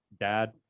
dad